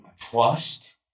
trust